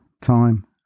time